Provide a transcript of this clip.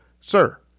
sir